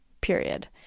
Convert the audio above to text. period